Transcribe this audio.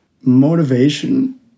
motivation